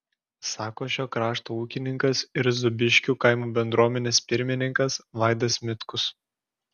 sako šio krašto ūkininkas ir zūbiškių kaimo bendruomenės pirmininkas vaidas mitkus